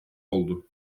oldu